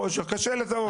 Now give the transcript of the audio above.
חושך קשה לזהות.